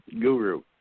guru